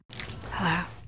Hello